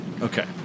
Okay